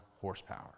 horsepower